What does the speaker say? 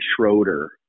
Schroeder